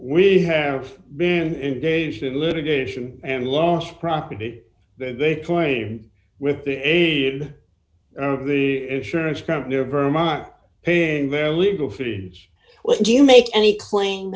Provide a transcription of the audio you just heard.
we have been engaged in litigation and lost property that they play with the aid of the insurance company a very minor paying their legal fees what do you make any cla